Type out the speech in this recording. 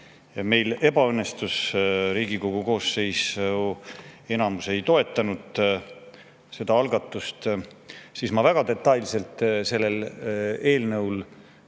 meil ebaõnnestus, Riigikogu koosseisu enamus ei toetanud seda algatust –, siis ma väga detailselt sellel eelnõul